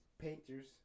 painters